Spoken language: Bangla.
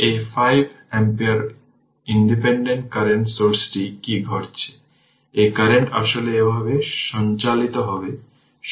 তাহলে এই 5 অ্যাম্পিয়ার ইন্ডিপেন্ডেন্ট কারেন্ট সোর্সটি কী ঘটছে এই কারেন্ট আসলে এভাবে সঞ্চালিত হবে